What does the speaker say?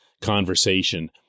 conversation